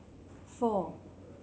four